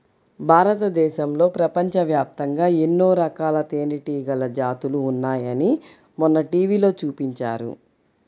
భారతదేశంలో, ప్రపంచవ్యాప్తంగా ఎన్నో రకాల తేనెటీగల జాతులు ఉన్నాయని మొన్న టీవీలో చూపించారు